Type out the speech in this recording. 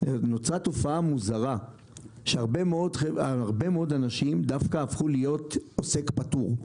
נוצרה תופעה מוזרה והרבה מאוד אנשים דווקא הפכו להיות עוסק פטור.